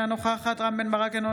אינה נוכחת רם בן ברק,